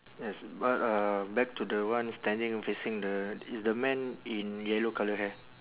yes but uh back to the one standing facing the is the man in yellow colour hair